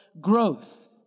growth